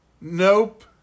nope